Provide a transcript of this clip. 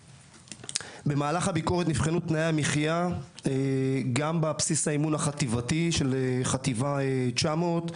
במהלך הביקורת נבחנו תנאי המחייה בבסיס האימון החטיבתי של חטיבה 900,